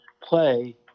play